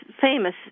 famous